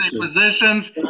positions